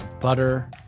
butter